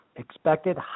Expected